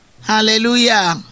Hallelujah